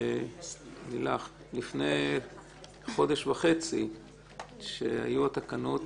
לפני חודש וחצי כשהיו התקנות